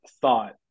thought